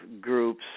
groups